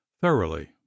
thoroughly